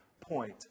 point